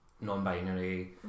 non-binary